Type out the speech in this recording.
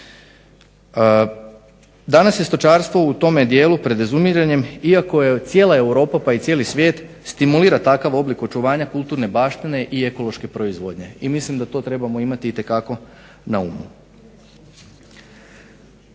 Danas je stočarstvo u tom dijelu pred izumiranjem iako je cijela Europa i cijeli svijet stimulira takav oblik očuvanja kulturne baštine i ekološke proizvodnje i mislim da to trebamo imati itekako na umu.